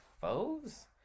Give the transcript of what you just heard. foes